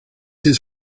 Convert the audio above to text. his